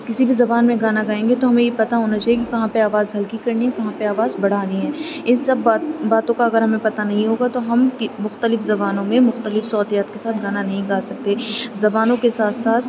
کسی بھی زبان میں گانا گائیں گے تو ہمیں یہ پتہ ہونا چاہیے کہ کہاں پہ آواز ہلکی کرنی ہے کہاں پہ آواز بڑھانی ہے اس سب با باتوں کا اگر ہمیں پتہ نہیں ہوگا تو ہم مختلف زبانوں میں مختلف صوتیات کے ساتھ گانا نہیں گا سکتے زبانوں کے ساتھ ساتھ